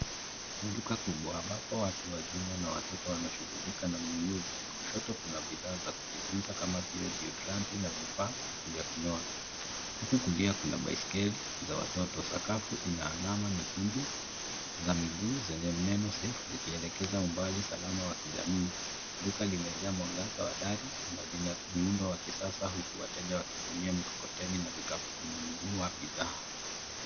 Duka kubwa ambapo watu wazima na watoto wanashughulika na ununuzi. Kushoto kuna bidhaa za kujitunza kama vile deodorants na vifaa vya kunyoa. Huku kulia kuna baiskeli za watoto. Sakafu ina alama nyekundu za miguu zenye neno safe zikielekeza umbali salama wa kijamii. Duka limejaa mwangaza wa dari na lina muundo wa kisasa huku wateja wakitumia mikokoteni na vikapu kununua bidhaa.